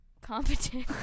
competent